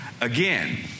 again